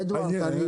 אדוארד, אני